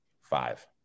Five